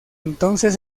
entonces